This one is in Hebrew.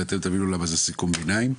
ואתם תבינו למה זה סיכום ביניים.